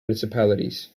municipalities